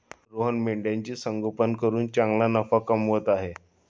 रोहन मेंढ्यांचे संगोपन करून चांगला नफा कमवत आहे